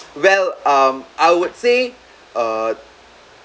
well um I would say uh